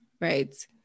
Right